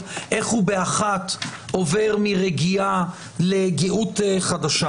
איך הוא באחת עובר מרגיעה לגאות חדשה.